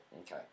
Okay